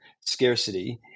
scarcity